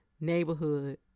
neighborhood